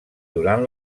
durant